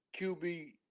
QB